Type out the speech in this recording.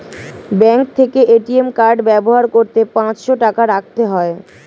bank থেকে ATM card ব্যবহার করতে পাঁচশো টাকা রাখতে হয়